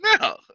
No